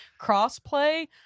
crossplay